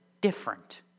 different